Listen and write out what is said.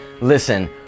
Listen